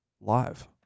live